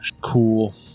Cool